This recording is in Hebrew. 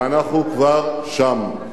ואנחנו כבר שם.